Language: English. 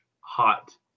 hot